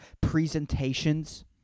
Presentations